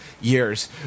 years